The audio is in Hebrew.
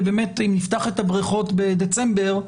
ואם נפתח את הבריכות בדצמבר,